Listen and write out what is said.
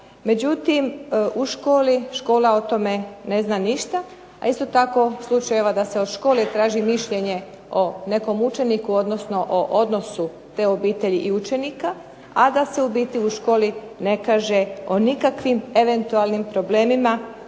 Međutim, škola o tome ne zna ništa a isto tako slučajeva da se od škole traži mišljenje o nekom učeniku odnosno o odnosu te obitelji i učenika a da se u biti u školi ne kaže o nikakvim eventualnim problemima